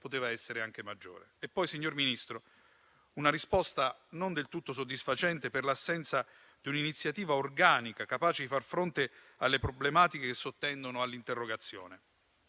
poteva essere anche maggiore. Inoltre, signor Ministro, la risposta non è del tutto soddisfacente per l'assenza di un'iniziativa organica capace di far fronte alle problematiche che sottendono all'interrogazione.